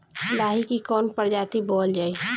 लाही की कवन प्रजाति बोअल जाई?